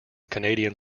canadian